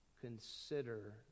consider